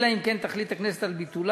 אלא אם כן תחליט הכנסת על ביטולה,